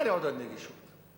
מה לעודד נגישות?